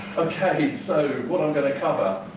so what i'm going to cover.